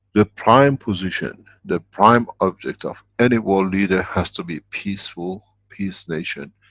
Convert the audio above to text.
the prime position the prime object of any world leader has to be peaceful, peace nation.